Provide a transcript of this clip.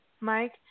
Mike